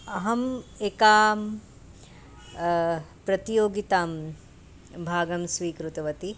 अहम् एकां प्रतियोगितां भागं स्वीकृतवती